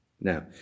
Now